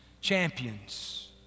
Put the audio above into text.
champions